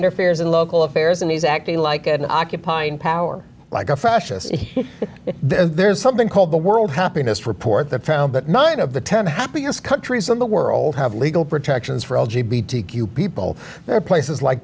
interferes in local affairs and he's acting like an occupying power like a fascist there's something called the world happiness report that found that nine of the ten happiest countries in the world have legal tractions for all g b d q people there are places like